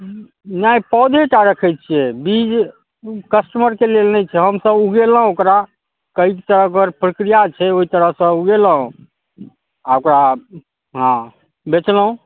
नहि पौधेटा रखैत छियै बीज कस्टमरके लेल नहि छै हम सब ऊगेलहुँ ओकरा कैकटा ओकर प्रक्रिआ छै ओहि तरहसँ ऊगेलहुँ आ ओकरा हँ बेचलहुँ